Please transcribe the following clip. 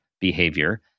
behavior